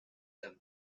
them